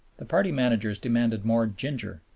the party managers demanded more ginger.